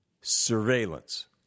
surveillance